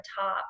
top